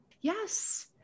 Yes